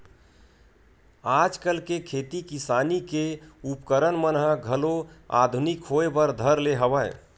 आजकल के खेती किसानी के उपकरन मन ह घलो आधुनिकी होय बर धर ले हवय